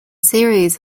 series